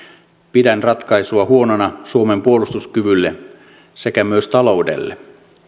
pidän ratkaisua huonona suomen puolustuskyvylle sekä myös taloudelle